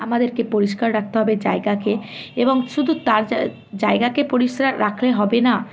আমাদেরকে পরিষ্কার রাখতে হয়ে জায়গাকে এবং শুধু তার জায়গাকে পরিষ্কার রাখলে হবে না